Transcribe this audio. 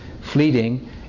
fleeting